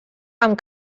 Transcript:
amb